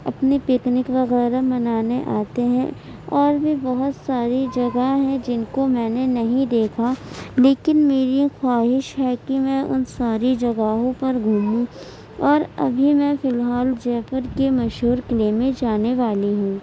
اپنی پکنک وغیرہ منانے آتے ہیں اور بھی بہت ساری جگہ ہیں جن کو میں نے نہیں دیکھا لیکن میری خواہش ہے کہ میں ان ساری جگہوں پر گھوموں اور ابھی میں فی الحال جے پور کے مشہور قلعے میں جانے والی ہوں